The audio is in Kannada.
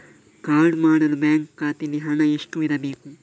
ಕಾರ್ಡು ಮಾಡಲು ಬ್ಯಾಂಕ್ ಖಾತೆಯಲ್ಲಿ ಹಣ ಎಷ್ಟು ಇರಬೇಕು?